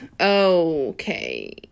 okay